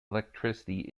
electricity